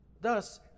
Thus